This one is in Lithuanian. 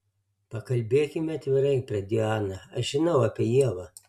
pakalbėkime atvirai pradėjo ana aš žinau apie ievą